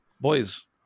Boys